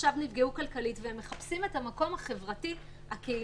עכשיו נפגעו כלכלית והן מחפשות את המקום החברתי הקהילתי.